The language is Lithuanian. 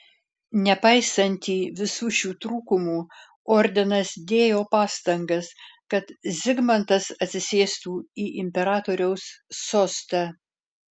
nepaisantį visų šių trūkumų ordinas dėjo pastangas kad zigmantas atsisėstų į imperatoriaus sostą